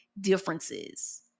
differences